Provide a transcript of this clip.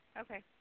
Okay